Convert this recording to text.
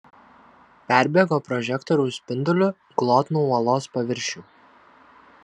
perbėgo prožektoriaus spinduliu glotnų uolos paviršių